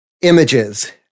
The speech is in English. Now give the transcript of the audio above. images